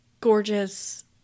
gorgeous